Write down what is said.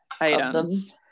items